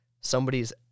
Somebody's